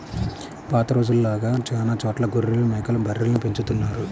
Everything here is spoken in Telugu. పాత రోజుల్లో లాగా చానా చోట్ల గొర్రెలు, మేకలు, బర్రెల్ని పెంచుతున్నారు